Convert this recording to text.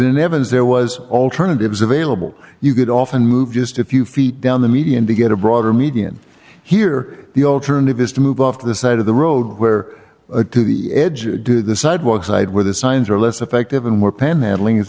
in evans there was alternatives available you could often move just a few feet down the median to get a broader median here the alternative is to move off the side of the road where a to the edge you do the sidewalk side where the signs are less effective and more panhandling is